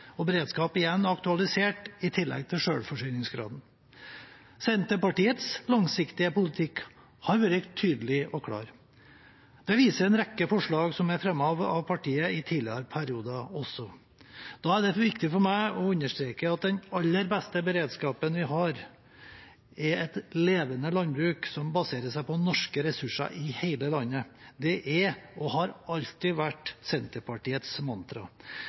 og beredskap igjen aktualisert i tillegg til selvforsyningsgraden. Senterpartiets langsiktige politikk har vært tydelig og klar. Det viser en rekke forslag som er fremmet av partiet i tidligere perioder også. Da er det viktig for meg å understreke at den aller beste beredskapen vi har, er et levende landbruk som baserer seg på norske ressurser i hele landet. Det er og har alltid vært Senterpartiets mantra.